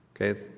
Okay